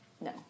No